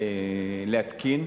להתקין.